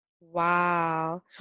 Wow